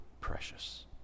precious